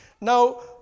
Now